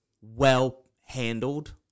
well-handled